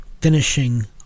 finishing